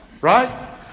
right